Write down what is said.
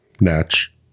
Natch